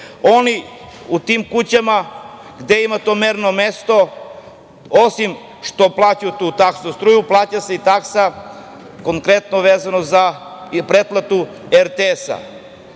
oni u tim kućama gde ima to merno mesto, osim što plaćaju tu taksu, struju, plaća se i taksa konkretno vezano i za pretplatu RTS-a.